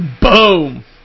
Boom